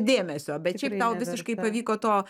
dėmesio bet šiaip tau visiškai pavyko to